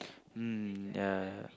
mm ya